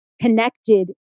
connected